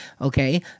okay